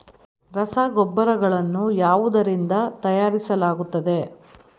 ರಸಗೊಬ್ಬರಗಳನ್ನು ಯಾವುದರಿಂದ ತಯಾರಿಸಲಾಗುತ್ತದೆ?